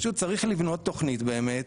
פשוט צריך לבנות תוכנית באמת,